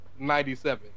97